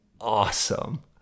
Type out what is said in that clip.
awesome